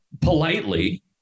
politely